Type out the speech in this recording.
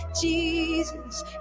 Jesus